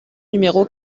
numéro